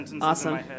Awesome